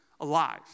alive